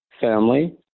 family